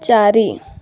ଚାରି